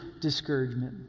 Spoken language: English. discouragement